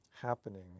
happening